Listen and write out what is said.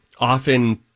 often